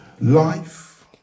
Life